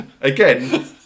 Again